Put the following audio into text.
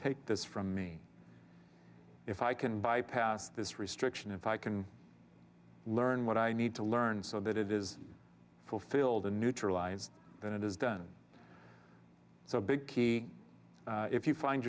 take this from me if i can bypass this restriction if i can learn what i need to learn so that it is fulfilled in neutralized then it is done so a big key if you find